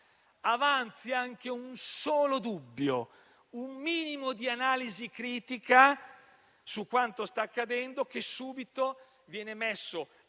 avanzi anche un solo dubbio o un minimo di analisi critica su quanto sta accadendo, perché venga messo